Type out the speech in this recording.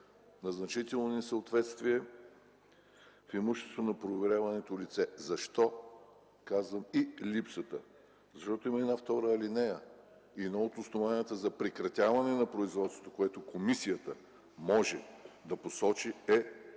на значителни несъответствия в имуществено проверяваното лице”. Защо казвам „и липсата”. Защото има една ал. 2 и едно от основанията за прекратяване на производството, което комисията може да посочи, е